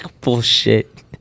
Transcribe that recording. Bullshit